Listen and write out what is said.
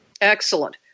Excellent